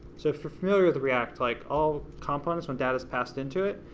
so if you're familiar with react, like all components, when data is passed into it,